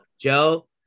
Joe